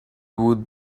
would